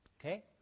Okay